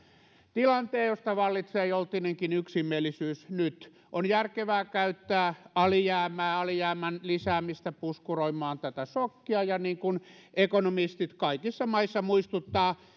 tilanteen josta vallitsee joltinenkin yksimielisyys nyt on järkevää käyttää alijäämää alijäämän lisäämistä puskuroimaan tätä sokkia ja niin kuin ekonomistit kaikissa maissa muistuttavat